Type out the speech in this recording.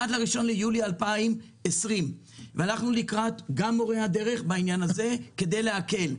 עד ל-1 ביולי 2020. הלכנו גם לקראת מורי הדרך בעניין הזה כדי להקל.